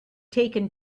taken